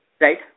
right